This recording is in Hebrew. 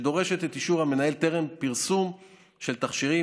והיא דורשת את אישור המנהל טרם פרסום של תכשירים